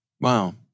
wow